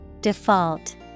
default